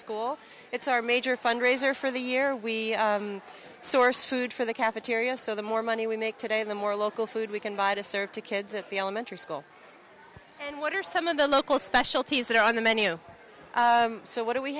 school it's our major fundraiser for the year we source food for the cafeteria so the more money we make today the more local food we can buy to serve to kids at the elementary school and what are some of the local specialties that are on the menu so what do we